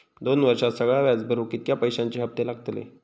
दोन वर्षात सगळा व्याज भरुक कितक्या पैश्यांचे हप्ते लागतले?